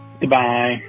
Goodbye